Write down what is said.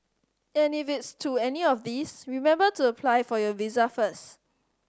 and if it's to any of these remember to apply for your visa first